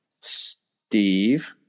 Steve